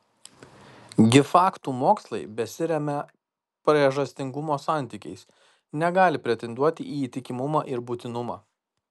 gi faktų mokslai besiremią priežastingumo santykiais negali pretenduoti į įtikimumą ir būtinumą